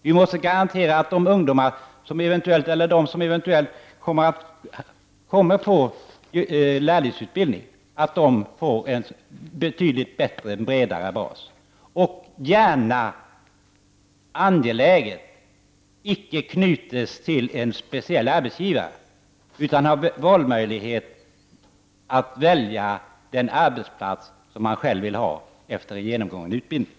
Vi måste garantera att de som eventuellt går en lärlingsutbildning får en betydligt bredare och bättre bas. Det är också angeläget att den som går en lärlingsutbildning icke knyts till en speciell arbetsgivare utan har möjlighet att välja den arbetsplats han själv vill ha efter genomgången utbildning.